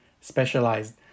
specialized